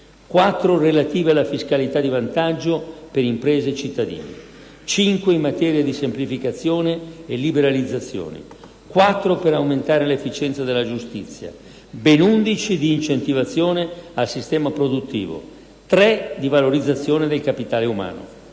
relative alla fiscalità di vantaggio per imprese e cittadini; cinque in materia di semplificazione e liberalizzazione; quattro per aumentare l'efficienza della giustizia; ben undici di incentivazione al sistema produttivo; tre di valorizzazione del capitale umano.